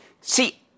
See